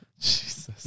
Jesus